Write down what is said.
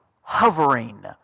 hovering